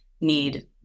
need